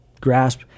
grasp